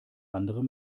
andere